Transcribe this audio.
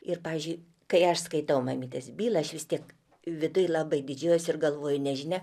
ir pavyzdžiui kai aš skaitau mamytės bylą aš vis tiek viduj labai didžiuojuosi ir galvoju nežinia